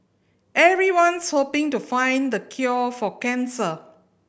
everyone's hoping to find the cure for cancer